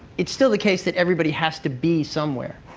it's still the case that everybody has to be somewhere.